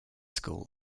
school